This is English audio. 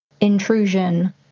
intrusion